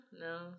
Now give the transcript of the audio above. No